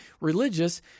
religious